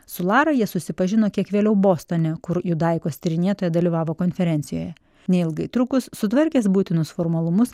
su lara jie susipažino kiek vėliau bostone kur judaikos tyrinėtoja dalyvavo konferencijoje neilgai trukus sutvarkęs būtinus formalumus